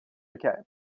decay